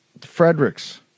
Fredericks